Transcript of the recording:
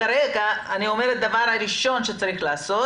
הדבר הראשון שצריך לעשות